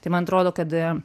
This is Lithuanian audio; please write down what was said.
tai man atrodo kad